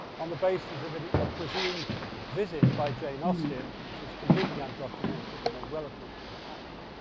on the basis of any presumed visit by jane austen, which is completely undocumented, and may well have not never happened,